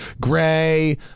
gray